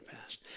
past